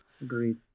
Agreed